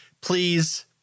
please